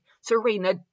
Serena